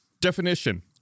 Definition